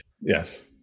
Yes